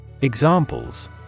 Examples